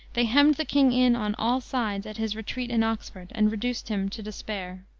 they hemmed the king in on all sides at his retreat in oxford, and reduced him to despair.